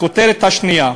הכותרת השנייה: